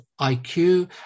IQ